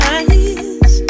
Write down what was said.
eyes